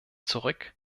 zurück